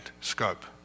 scope